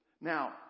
Now